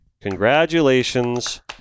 Congratulations